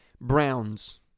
Browns